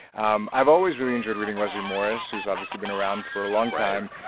um i've always really enjoyed reading wesley morris, who's obviously been around for a long time.